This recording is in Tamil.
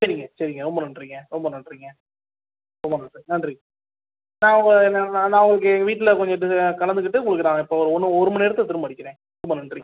சரிங்க சரிங்க ரொம்ப நன்றிங்க ரொம்ப நன்றிங்க ரொம்ப நன்றி நன்றி நான் உங்களுக்கு வீட்டில் கொஞ்ச கலந்துக்கிட்டு நான் இப்போது இன்னும் ஒருமணி நேரத்தில் திரும்ப அடிக்கிறேன் ரொம்ப நன்றி